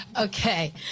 okay